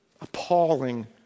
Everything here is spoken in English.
Appalling